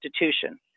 institution